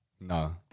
No